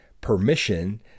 permission